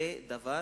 זה דבר